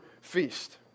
feast